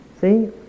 See